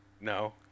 No